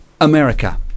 America